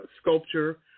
sculpture